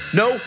no